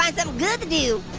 um good to do.